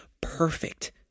perfect